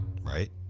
Right